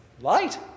light